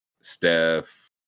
Steph